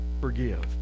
forgive